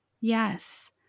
Yes